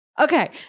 Okay